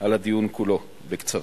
על הדיון כולו, בקצרה.